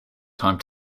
time